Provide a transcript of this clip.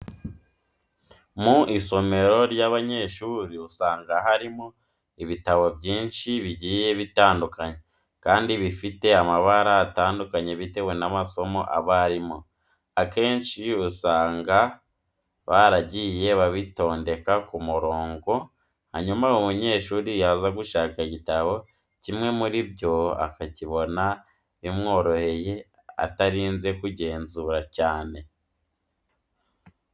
Mu isomero ry'abanyeshuri usanga harimo ibitabo byinshi bigiye bitandukanye kandi bifite amabara atandukanye bitewe n'amasomo aba arimo. Akenshi usanga baragiye babitondeka ku murongo hanyuma umunyeshuri yaza gushaka igitabo kimwe muri byo akakibona bimworoheye atarinze kuzenguruka cyane.